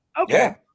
okay